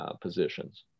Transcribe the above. positions